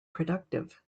productive